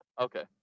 Okay